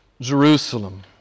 Jerusalem